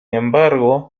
embargo